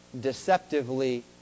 deceptively